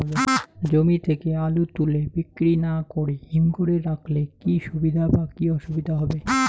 জমি থেকে আলু তুলে বিক্রি না করে হিমঘরে রাখলে কী সুবিধা বা কী অসুবিধা হবে?